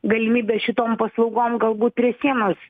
galimybe šitom paslaugom galbūt prie sienos